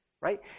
right